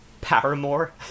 Paramore